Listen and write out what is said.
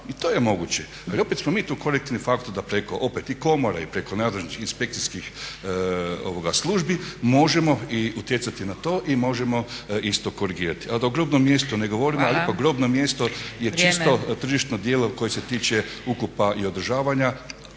to je moguće. Ali opet smo mi tu korektivni faktor da preko opet i komora i preko nadležnih inspekcijskih službi možemo utjecati na to i možemo isto korigirati. A da o grobnom mjestu ne govorimo jer ipak grobno mjesto je čisto tržišno djelo koje se tiče ukopa i održavanja